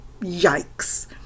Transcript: yikes